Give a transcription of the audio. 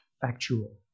factual